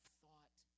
thought